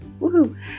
Woohoo